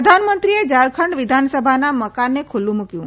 પ્રધાનમંત્રી ઝારખંડ વિધાનસભાના મકાનને ખુલ્લુ મૂકયું